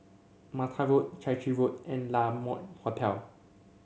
Mata Road Chai Chee Road and La Mode Hotel